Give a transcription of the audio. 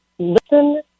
Listen